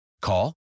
Call